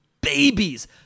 babies